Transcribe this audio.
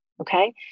okay